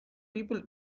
people